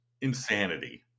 insanity